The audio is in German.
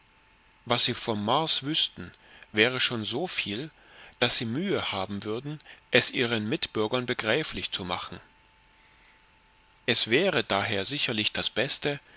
was sie vom mars wüßten wäre schon so viel daß sie mühe haben würden es ihren mitbürgern begreiflich zu machen es wäre daher sicherlich das beste